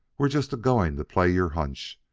we're just a-goin' to play your hunch,